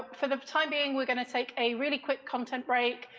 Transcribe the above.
for the time being we're going to take a really quick content break,